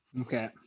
okay